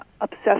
obsessed